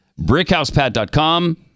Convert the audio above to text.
BrickHousePat.com